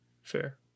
Fair